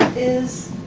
is